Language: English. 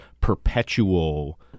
perpetual